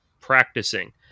practicing